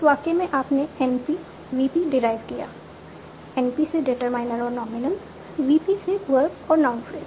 इस वाक्य में आपने NP VP डेराइव किया NP से डिटरमाइनर और नॉमिनल VP से वर्ब और नाउन फ्रेज